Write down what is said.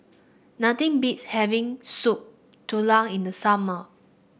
nothing beats having Soup Tulang in the summer